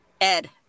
Ed